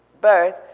birth